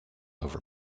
over